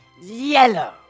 Yellow